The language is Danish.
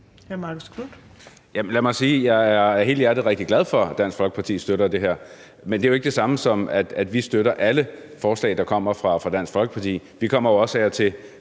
jeg af hele hjertet er rigtig glad for, at Dansk Folkeparti støtter det her, men det er jo ikke det samme, som vi støtter alle forslag, der kommer fra Dansk Folkeparti. Vi kommer jo også af og til